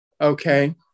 Okay